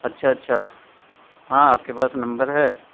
اچھا اچھا ہاں آپ کے پاس نمبر ہے